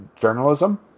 journalism